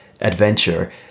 adventure